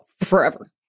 forever